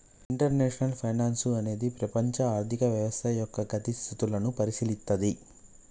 international finance అనేది ప్రపంచ ఆర్థిక వ్యవస్థ యొక్క గతి స్థితులను పరిశీలిత్తది